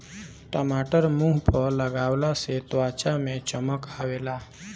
टमाटर मुंह पअ लगवला से त्वचा में चमक आवेला